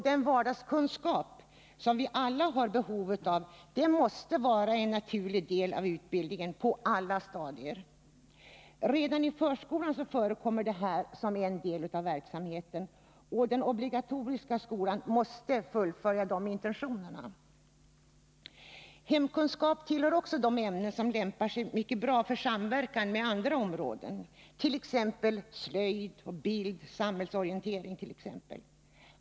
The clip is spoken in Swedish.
Den vardagskunskap som vi alla har behov av måste vara en naturlig del av utbildningen på alla stadier. Redan i förskolan förekommer detta som en del av verksamheten. Den obligatoriska skolan måste fullfölja dessa intentioner. Hemkunskap lämpar sig också mycket bra för samverkan med andra ämnesområden, t.ex. slöjd, bild, samhällsorientering.